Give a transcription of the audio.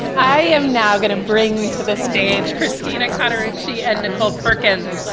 i am now going to bring to the stage christina kotto richie and nicole perkins